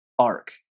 arc